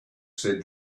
said